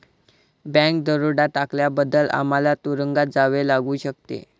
bank दरोडा टाकल्याबद्दल आम्हाला तुरूंगात जावे लागू शकते